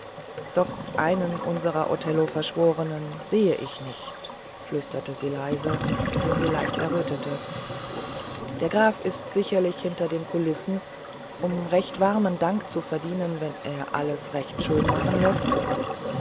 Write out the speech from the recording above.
doch einen unserer othelloverschworenen sehe ich nicht flüsterte sie leiser indem sie leicht errötete der graf ist sicherlich hinter den kulissen um recht warmen dank zu verdienen wenn er alles recht schön machen läßt